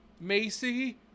Macy